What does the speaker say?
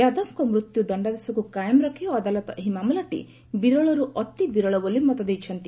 ଯାଦବଙ୍କ ମୃତ୍ୟୁ ଦଣ୍ଡାଦେଶକୁ କାଏମ ରଖି ଅଦାଲତ ଏହି ମାମଲାଟି ବିରଳରୁ ଅତି ବିରଳ ବୋଲି ମତଦେଇଛନ୍ତି